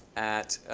at